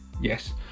Yes